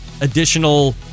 additional